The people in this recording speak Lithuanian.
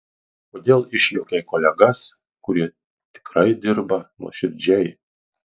kodėl išjuokei kolegas kurie tikrai dirba nuoširdžiai